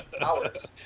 Hours